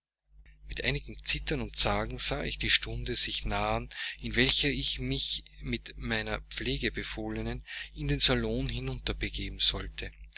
mit einigem zittern und zagen sah ich die stunde sich nahen in welcher ich mich mit meiner pflegebefohlenen in den salon hinunter begeben sollte